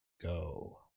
go